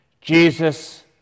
Jesus